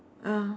ya